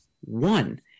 one